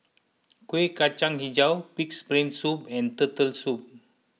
Kueh Kacang HiJau Pig's Brain Soup and Turtle Soup